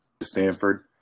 Stanford